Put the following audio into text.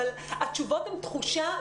אבל יש תחושה,